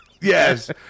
Yes